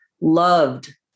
loved